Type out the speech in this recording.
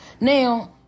Now